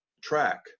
track